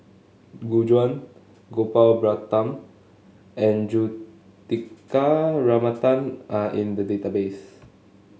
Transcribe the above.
Gu Juan Gopal Baratham and Juthika Ramanathan are in the database